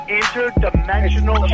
interdimensional